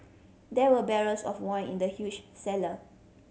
there were barrels of wine in the huge cellar